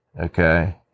okay